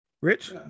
Rich